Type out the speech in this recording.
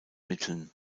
mitteln